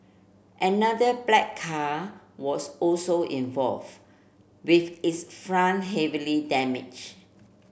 another black car was also involve with its front heavily damage